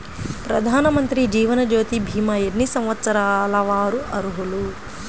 ప్రధానమంత్రి జీవనజ్యోతి భీమా ఎన్ని సంవత్సరాల వారు అర్హులు?